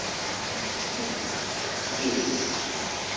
ह्म्म जी जी जी